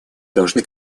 должны